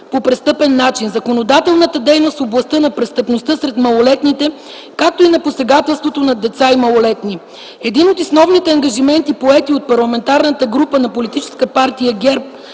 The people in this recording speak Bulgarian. по престъпен начин, законодателната дейност в областта на престъпността сред малолетните, както и на посегателството над деца и малолетни. Един от основните ангажименти поети от Парламентарната група на политическа партия ГЕРБ